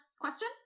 question